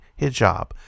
hijab